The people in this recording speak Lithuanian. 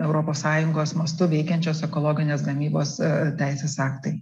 europos sąjungos mastu veikiančios ekologinės gamybos e teisės aktai